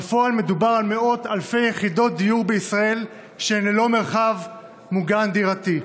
בפועל מדובר על מאות אלפי יחידות דיור בישראל שהן ללא מרחב דירתי מוגן.